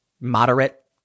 moderate